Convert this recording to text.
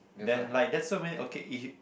then like that's so many okay if you